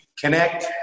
connect